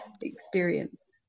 experience